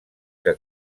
que